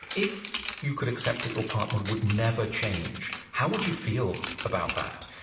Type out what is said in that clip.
if you could accept that your partner would never change, how would you feel about that?